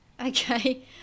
okay